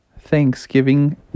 Thanksgiving